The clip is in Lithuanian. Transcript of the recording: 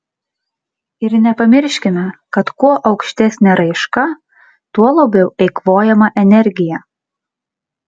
ir nepamiškime kad kuo aukštesnė raiška tuo labiau eikvojama energija